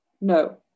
No